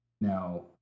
Now